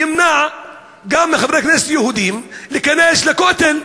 ימנע גם מחברי כנסת יהודים להיכנס לכותל,